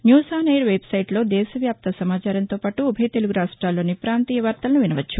news on air వెట్సైట్లో దేశవ్యాప్త సమాచారంతోపాటు ఉభయ తెలుగు రాష్టాల్లోని పాంతీయ వార్తలను వినాచ్చు